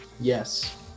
yes